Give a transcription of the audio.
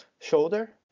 shoulder